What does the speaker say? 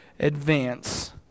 advance